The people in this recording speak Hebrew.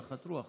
נחת רוח,